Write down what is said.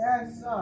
Yes